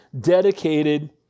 dedicated